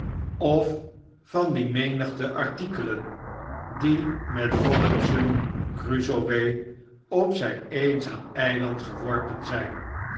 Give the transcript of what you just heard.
of van die menigte artikelen die met eobinson crusoe op zijn eenzaam eiland geworpen zp